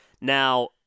Now